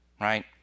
right